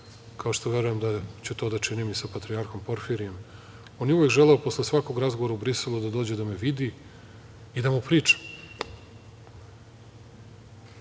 kao što, verujem, da ću to da činim i sa patrijarhom Porfirijem, on je uvek želeo posle svakog razgovora u Briselu da dođe da me vidi i da mu pričam.